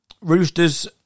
Roosters